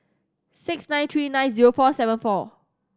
six nine three nine zero four seven four